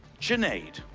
junaid,